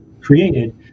created